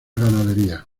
ganadería